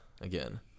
again